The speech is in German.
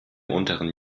unteren